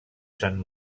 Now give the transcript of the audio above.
sant